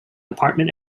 apartment